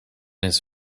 his